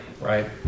right